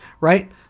Right